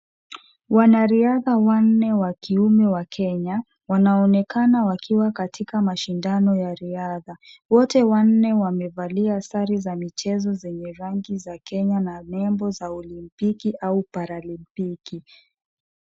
Wanariadha wanne wa kiume wa Kenya, wanaonekana wakiwa katika mashindano ya riadha. Wote wanne wamevalia sare za michezo zenye rangi za Kenya na nembo za olimpiki au paralimpiki.